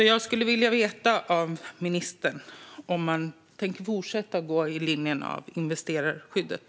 Jag skulle vilja höra av ministern om man tänker fortsätta att gå i linje med investerarskyddet.